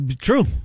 true